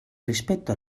rispetto